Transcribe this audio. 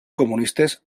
comunistes